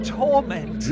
torment